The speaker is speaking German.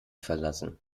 verlassen